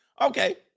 Okay